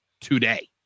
today